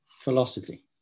philosophy